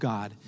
God